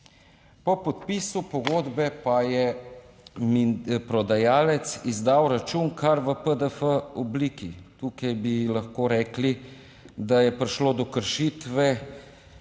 Po podpisu pogodbe pa je prodajalec izdal račun kar v PDF obliki. Tukaj bi lahko rekli da je prišlo do kršitve